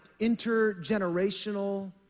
intergenerational